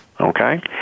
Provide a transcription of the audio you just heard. Okay